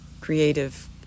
creative